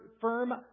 firm